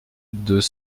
deux